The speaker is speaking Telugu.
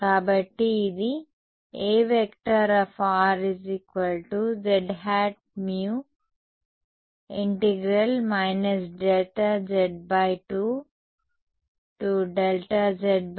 కాబట్టి ఇది A zμ ∆z2∆z2Ie |jkr|4πR అవుతుంది